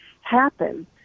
happen